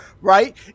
right